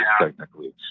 technically